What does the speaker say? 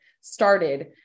started